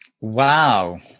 Wow